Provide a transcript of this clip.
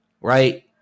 right